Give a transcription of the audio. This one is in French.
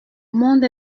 monde